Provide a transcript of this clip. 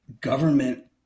government